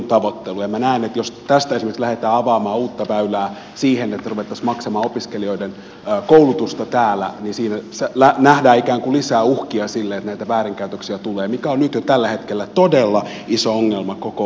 ja minä näen että jos tästä esimerkiksi lähdetään avaamaan uutta väylää siihen että ruvettaisiin maksamaan opiskelijoiden koulutusta täällä niin siinä nähdään ikään kuin lisää uhkia sille että näitä väärinkäytöksiä tulee mikä on nyt jo tällä hetkellä todella iso ongelma koko eu alueella